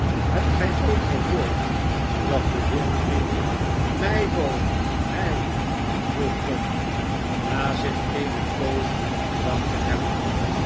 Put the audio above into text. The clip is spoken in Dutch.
hebt gij ooit gehoord dat de wind riep meiboom hei vroeg john na zich eene poos bedacht te hebben